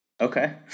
Okay